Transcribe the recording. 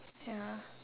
ya